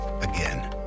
again